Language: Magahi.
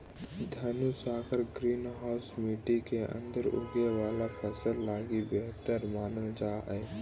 धनुषाकार ग्रीन हाउस मट्टी के अंदर उगे वाला फसल लगी बेहतर मानल जा हइ